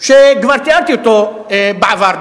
שכבר תיארתי אותו בעבר,